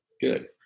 Good